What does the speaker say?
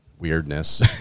weirdness